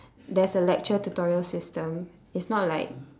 there's a lecture tutorial system it's not like